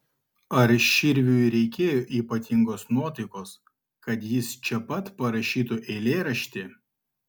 ar širviui reikėjo ypatingos nuotaikos kad jis čia pat parašytų eilėraštį